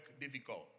difficult